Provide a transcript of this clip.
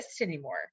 anymore